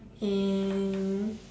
and